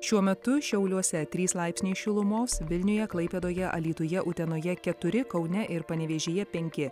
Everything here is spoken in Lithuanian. šiuo metu šiauliuose trys laipsniai šilumos vilniuje klaipėdoje alytuje utenoje keturi kaune ir panevėžyje penki